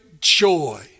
joy